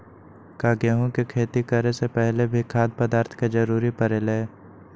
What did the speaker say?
का गेहूं के खेती करे से पहले भी खाद्य पदार्थ के जरूरी परे ले?